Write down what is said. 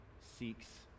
seeks